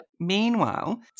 Meanwhile